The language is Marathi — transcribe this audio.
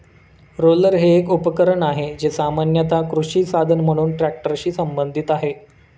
रोलर हे एक उपकरण आहे, जे सामान्यत कृषी साधन म्हणून ट्रॅक्टरशी संबंधित आहे